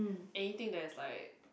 anything that is like